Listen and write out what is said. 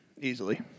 easily